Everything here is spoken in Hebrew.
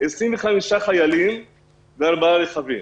25 חיילים וארבעה רכבים.